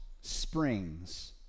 springs